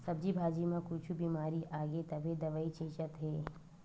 सब्जी भाजी म कुछु बिमारी आगे तभे दवई छितत हे